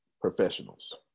professionals